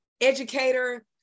educator